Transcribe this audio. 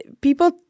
people